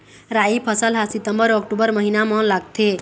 राई फसल हा सितंबर अऊ अक्टूबर महीना मा लगथे